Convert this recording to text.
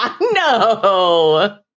no